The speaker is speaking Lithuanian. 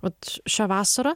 vat šią vasarą